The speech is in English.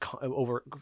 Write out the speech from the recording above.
over –